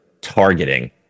targeting